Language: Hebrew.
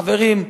חברים,